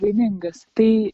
laimingas tai